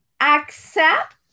accept